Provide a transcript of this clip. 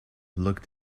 looked